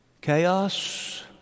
Chaos